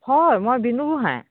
হয় মই বিনু গোহাঁই